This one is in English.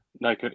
no